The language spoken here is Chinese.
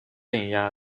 镇压